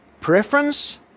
preference